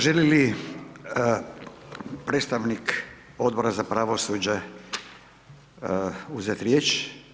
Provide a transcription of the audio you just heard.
Želi li predstavnik Odbora za pravosuđe uzeti riječ?